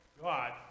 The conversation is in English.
God